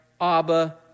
Abba